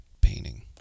painting